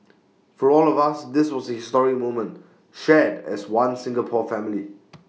for all of us this was A historic moment shared as One Singapore family